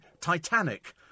Titanic